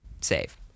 save